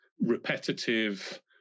repetitive